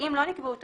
ואם לא נקבעו תקנות,